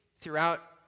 throughout